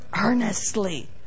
earnestly